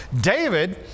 David